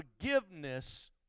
forgiveness